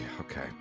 okay